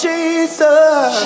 Jesus